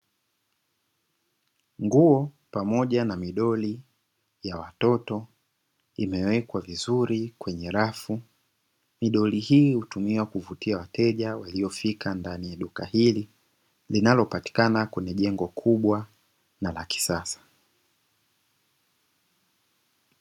Nguo pamoja na midoli ya watoto imewekwa vizuri kwenye rafu. Midoli hii hutumika kuvutia wateja waliofika ndani ya duka hili linalopatikana kwenye jengo kubwa na la kisasa.